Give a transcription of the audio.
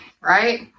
right